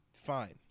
Fine